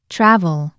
Travel